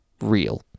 real